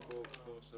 הישיבה נעולה.